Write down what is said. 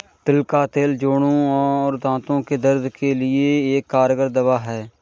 तिल का तेल जोड़ों और दांतो के दर्द के लिए एक कारगर दवा है